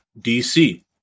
DC